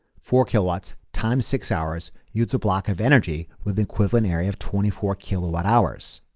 four kilowatts times six hours, yields a block of energy with equivalent area of twenty four kilowatt hours.